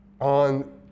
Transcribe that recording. on